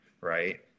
right